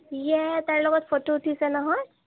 ইয়ে তাৰ লগত ফটো উঠিছে নহয়